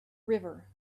river